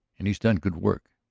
and he has done good work,